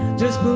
just